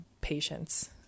patience